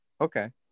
Okay